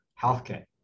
healthcare